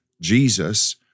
Jesus